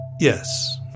Yes